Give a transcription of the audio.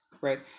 right